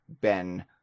Ben